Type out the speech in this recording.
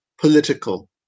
political